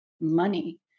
money